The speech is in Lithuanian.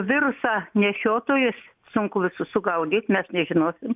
virusą nešiotojus sunku sugaudyt mes nežinosim